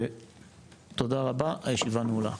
תודה רבה, הישיבה נעולה.